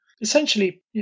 essentially